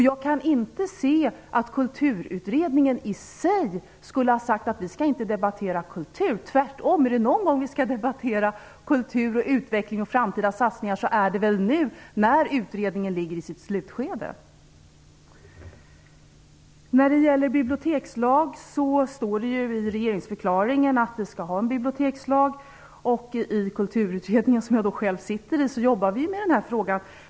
Jag kan inte se att Kulturutredningen i sig skulle ha sagt att vi inte skall debattera kultur. Tvärtom, är det någon gång vi skall debattera kultur, utveckling och framtida satsningar är det väl nu när utredningen går in i sitt slutskede. Det står i regeringsförklaringen att vi skall ha en bibliotekslag. I Kulturutredningen, som jag själv sitter i, jobbar vi med den här frågan.